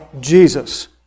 Jesus